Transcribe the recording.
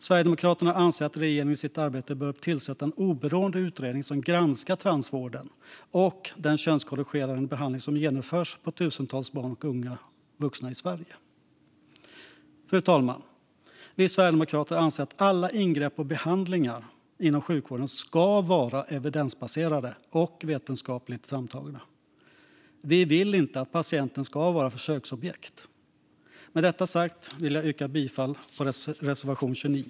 Sverigedemokraterna anser att regeringen i sitt arbete bör tillsätta en oberoende utredning som granskar transvården och den könskorrigerande behandling som genomförts på tusentals barn och unga vuxna i Sverige. Fru talman! Vi sverigedemokrater anser att alla ingrepp och behandlingar inom sjukvården ska vara evidensbaserade och vetenskapligt framtagna. Vi vill inte att patienten ska vara försöksobjekt. Med detta sagt vill jag yrka bifall till reservation 29.